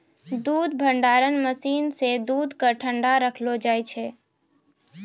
दूध भंडारण मसीन सें दूध क ठंडा रखलो जाय छै